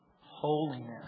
holiness